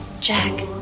Jack